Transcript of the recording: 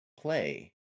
Play